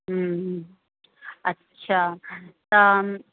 हम्म अच्छा त